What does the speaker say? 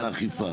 אה זה האכיפה.